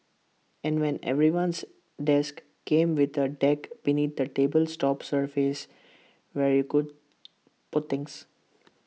and when everyone's desk came with A deck beneath the table's top surface where you could put things